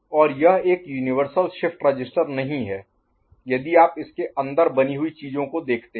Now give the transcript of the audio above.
और यह एक यूनिवर्सल शिफ्ट रजिस्टर नहीं है यदि आप इसके अंदर बनी हुई चीजों को देखते हैं